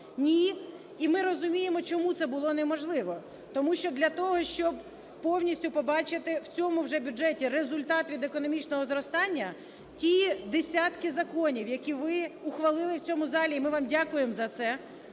Ні. І ми розуміємо, чому це було неможливо. Тому що для того, щоб повністю побачити в цьому вже бюджеті результат від економічного зростання, ті десятки законів, які ви ухвалили в цьому залі, і ми вам дякуємо за це,